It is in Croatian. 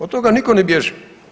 Od toga nitko ne bježi.